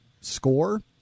score